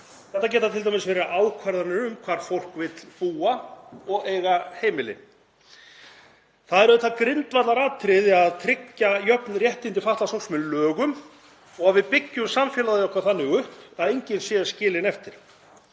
Þetta geta t.d. verið ákvarðanir um hvar fólk vill búa og eiga heimili. Það er auðvitað grundvallaratriði að tryggja jöfn réttindi fatlaðs fólks með lögum og að við byggjum samfélagið okkar þannig upp að enginn sé skilinn eftir.